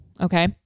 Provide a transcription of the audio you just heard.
Okay